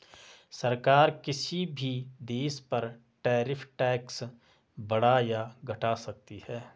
सरकार किसी भी देश पर टैरिफ टैक्स बढ़ा या घटा सकती है